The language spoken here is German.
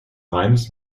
reims